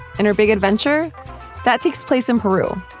and her big adventure that takes place in peru,